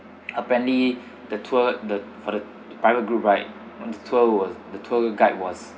apparently the tour the for the private group right mm the tour was the tour guide was